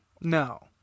No